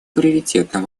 приоритетным